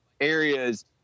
areas